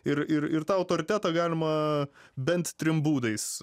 ir ir ir tą autoritetą galima bent trim būdais